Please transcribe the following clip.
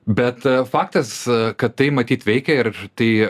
bet faktas kad tai matyt veikė ir tai